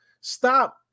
stop